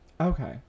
Okay